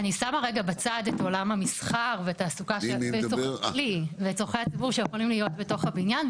אני שמה רגע בצד את עולם המשרד וצרכי הציבור שצריכים להיות בתוך הבניין,